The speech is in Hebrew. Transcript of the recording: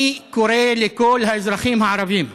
אני קורא לכל האזרחים הערבים,